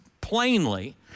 plainly